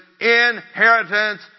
inheritance